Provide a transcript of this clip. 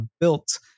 built